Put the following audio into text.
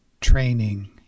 Training